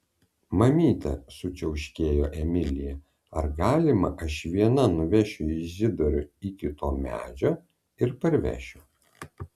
mamyte sučiauškėjo emilija ar galima aš viena nuvešiu izidorių iki to medžio ir parvešiu